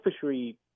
fishery